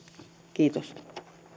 kiitos